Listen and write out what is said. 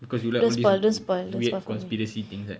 because you like all these weird conspiracy things right